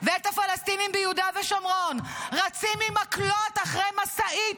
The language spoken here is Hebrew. ואת הפלסטינים ביהודה ושומרון רצים עם מקלות אחרי משאית